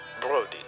Brody